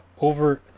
Over